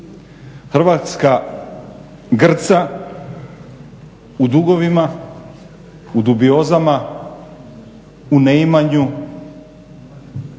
Hrvatska grca u dugovima, u dubiozama, u neimanju,